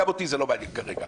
גם אותי זה לא מעניין כרגע.